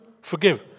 forgive